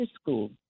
school